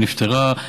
ונפתרה.